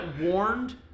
warned